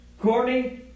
Courtney